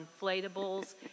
inflatables